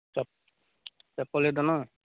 चप चप्पले दुनू